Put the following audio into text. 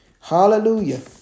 Hallelujah